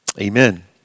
Amen